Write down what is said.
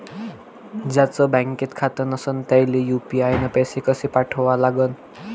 ज्याचं बँकेत खातं नसणं त्याईले यू.पी.आय न पैसे कसे पाठवा लागन?